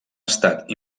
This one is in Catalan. estat